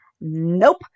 nope